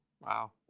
Wow